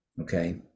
okay